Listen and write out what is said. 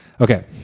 Okay